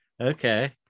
okay